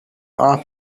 off